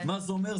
מה זה אומר,